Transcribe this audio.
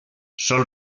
sol